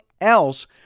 else